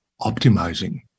optimizing